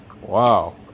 Wow